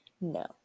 No